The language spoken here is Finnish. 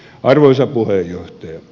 arvoisa puheenjohtaja